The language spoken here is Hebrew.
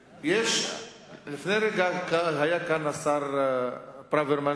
לפני רגע היה כאן השר ברוורמן,